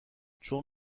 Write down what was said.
چون